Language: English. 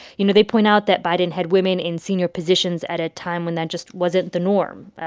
you know, they point out that biden had women in senior positions at a time when that just wasn't the norm.